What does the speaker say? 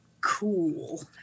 Cool